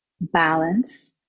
balance